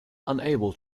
unable